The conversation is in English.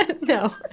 No